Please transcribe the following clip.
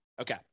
Okay